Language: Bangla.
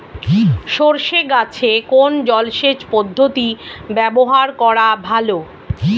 সরষে গাছে কোন জলসেচ পদ্ধতি ব্যবহার করা ভালো?